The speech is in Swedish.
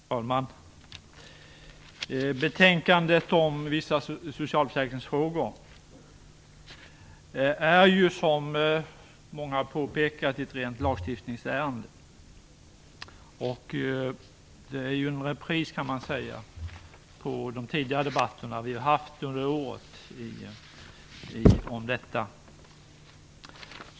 Fru talman! Betänkandet om vissa socialförsäkringsfrågor är, som många har påpekat, ett rent lagstiftningsärende. Man kan säga att det här är en repris på de debatter i denna fråga som vi har haft tidigare under året.